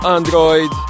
Android